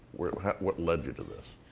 what led you to this?